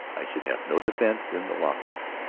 i should have no defense in the law-courts.